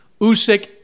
Usyk